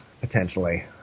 potentially